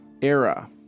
era